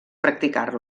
practicar